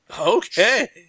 Okay